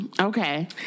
okay